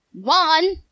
One